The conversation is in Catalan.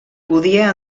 podia